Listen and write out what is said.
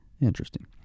Interesting